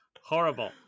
Horrible